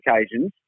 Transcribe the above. occasions